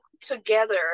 together